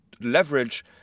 leverage